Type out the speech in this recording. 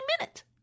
minute